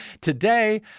today